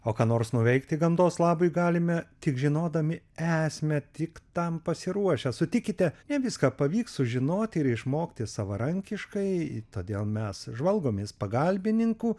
o ką nors nuveikti gamtos labui galime tik žinodami esmę tik tam pasiruošę sutikite jei viską pavyks sužinoti ir išmokti savarankiškai todėl mes žvalgomės pagalbininkų